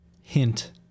hint